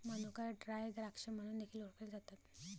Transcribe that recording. मनुका ड्राय द्राक्षे म्हणून देखील ओळखले जातात